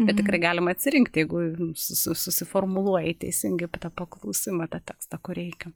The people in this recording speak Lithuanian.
bet tikrai galima atsirinkt jeigu su susiformuluoji teisingi tą paklausimą tą tekstą ko reikia